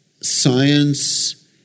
science